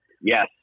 Yes